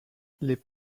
les